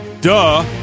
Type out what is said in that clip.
Duh